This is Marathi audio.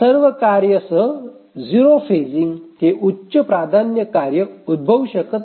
सर्व कार्य सह 0 फेजिंग हे उच्च प्राधान्य कार्य उद्भवू शकत नाही